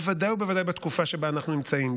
בוודאי ובוודאי בתקופה שבה אנחנו נמצאים,